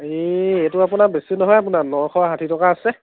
এই এইটো আপোনাৰ বেছি নহয় আপোনাৰ নশ ষাঠি টকা আছে